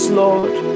lord